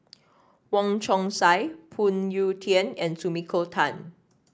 Wong Chong Sai Phoon Yew Tien and Sumiko Tan